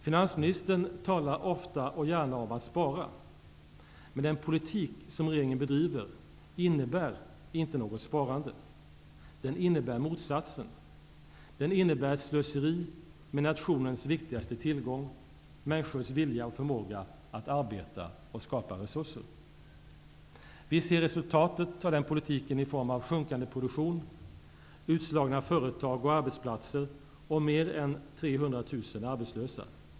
Finansministern talar ofta och gärna om att spara. Men den politik som regeringen bedriver innebär inte något sparande. Den innebär motsatsen. Den innebär ett slöseri med nationens viktigaste tillgång, människors vilja och förmåga att arbeta och skapa resurser. Vi ser resultatet av denna politik i form av sjunkande produktion, utslagna företag och arbetsplatser och mer än 300 000 arbetslösa.